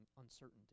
uncertainty